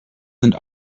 sind